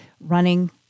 Running